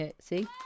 See